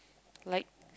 like